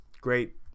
Great